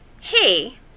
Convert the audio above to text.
hey